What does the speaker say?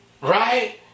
Right